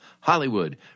HOLLYWOOD